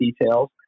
details